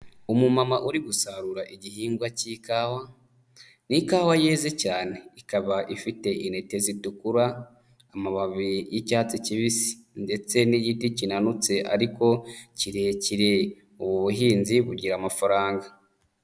Umumama uri gusarura igihingwa cy'ikawa ni ikawa yeze cyane, ikaba ifite intite zitukura, amababi y'icyatsi kibisi ndetse n'igiti kinanutse ariko kikire. Ubu buhinzi bugira amafaranga.